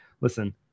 listen